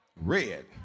Red